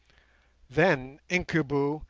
then, incubu,